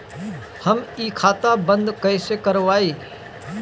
हम इ खाता बंद कइसे करवाई?